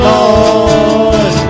Lord